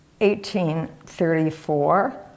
1834